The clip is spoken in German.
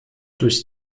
durch